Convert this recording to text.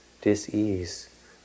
disease